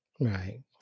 Right